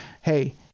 hey